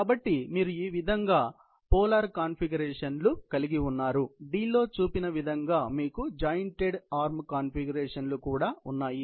కాబట్టి మీరు ఈ విధంగా పోలార్ కాన్ఫిగరేషన్లు కలిగి ఉన్నారు D లో చూపిన విధంగా మీకు జాయింట్డ్ ఆర్మ్ కాన్ఫిగరేషన్లు కూడా ఉన్నాయి